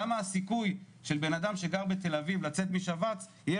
למה הסיכוי של בנאדם שגר בתל אביב לצאת משבץ יהיה